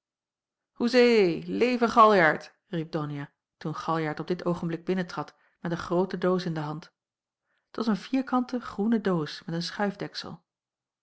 hoezee leve galjart riep donia toen galjart op dit oogenblik binnentrad met een groote doos in de hand t was een vierkante groene doos met een schuifdeksel